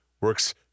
works